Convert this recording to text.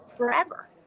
forever